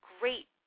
great